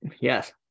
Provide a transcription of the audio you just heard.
Yes